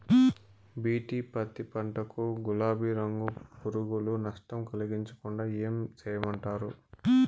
BT పత్తి పంట కు, గులాబీ రంగు పులుగులు నష్టం కలిగించకుండా ఏం చేయమంటారు?